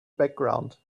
background